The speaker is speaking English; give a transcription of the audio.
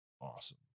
awesome